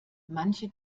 manche